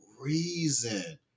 reason